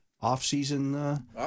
off-season